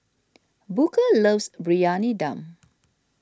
Booker loves Briyani Dum